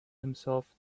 himself